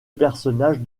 personnage